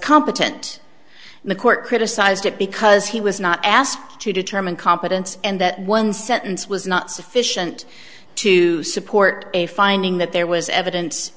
competent and the court criticised it because he was not asked to determine competence and that one sentence was not sufficient to support a finding that there was evidence